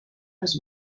les